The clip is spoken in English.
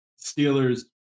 Steelers